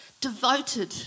Devoted